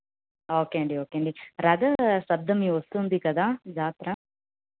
okay అండి okay అండి రథసప్తమి వస్తుంది కదా జాతర